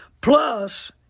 Plus